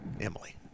Emily